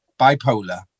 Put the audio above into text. bipolar